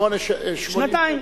שנתיים.